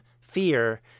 fear